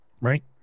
right